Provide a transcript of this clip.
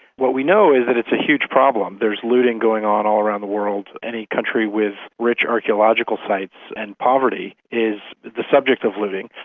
what we know is that it's a huge problem. there's looting going on all around the world. any country with rich archaeological sites and poverty is the subject of looting,